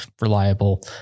reliable